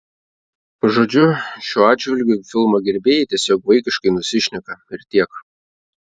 žodžiu šiuo atžvilgiu filmo gerbėjai tiesiog vaikiškai nusišneka ir tiek